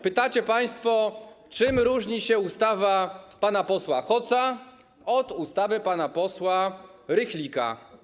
Pytacie państwo, czym różni się ustawa pana posła Hoca od ustawy pana posła Rychlika?